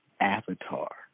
avatar